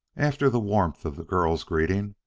after the warmth of the girl's greeting,